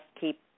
keep